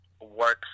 works